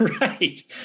Right